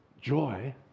joy